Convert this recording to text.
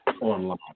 online